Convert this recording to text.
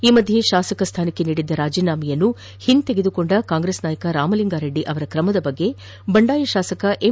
ಈ ಮಧ್ಯೆ ಶಾಸಕ ಸ್ಥಾನಕ್ಕೆ ನೀಡಿದ್ದ ರಾಜೀನಾಮೆಯನ್ನು ಹಿಂತೆಗೆದುಕೊಂಡ ಕಾಂಗ್ರೆಸ್ ನಾಯಕ ರಾಮಲಿಂಗಾರೆಡ್ಡಿ ಅವರ ಕ್ರಮದ ಬಗ್ಗೆ ಬಂಡಾಯ ಶಾಸಕ ಎಂ